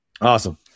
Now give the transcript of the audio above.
Awesome